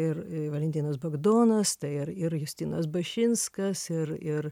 ir valentinas bagdonas ir ir justinas bašinskas ir ir